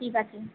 ঠিক আছে